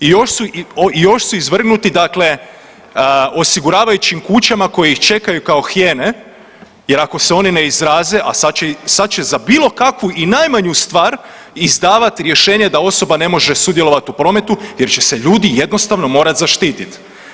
I još, i još su izvrgnuti dakle osiguravajućim kućama koje ih čekaju kao hijene jer ako se oni ne izraze, a sad, sad će za bilo kakvu i najmanju stvar izdavati rješenje da osoba ne može sudjelovati u prometu jer će se ljudi jednostavno morat zaštititi.